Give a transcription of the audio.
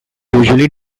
usually